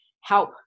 help